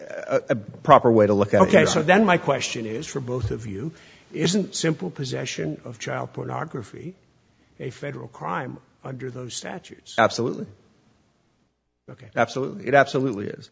a proper way to look at the case so then my question is for both of you isn't simple possession of child pornography a federal crime under those statutes absolutely ok absolutely it absolutely is